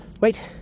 wait